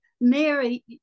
Mary